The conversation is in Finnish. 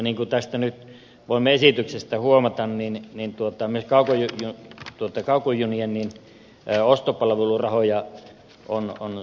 niin kuin nyt voimme esityksestä huomata myös kaukojunien ostopalvelurahoja on supistettu